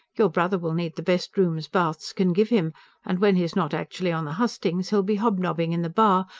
your brother will need the best rooms bath's can give him and when he's not actually on the hustings, he'll be hobnobbing in the bar,